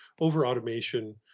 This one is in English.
over-automation